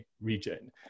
region